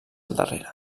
darrere